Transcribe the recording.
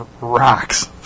rocks